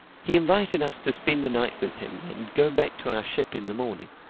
he invited us to spend the night with him and go back to our ship in the morning.